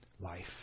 Life